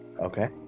okay